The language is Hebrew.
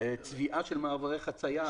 צביעה של מעברי חציה,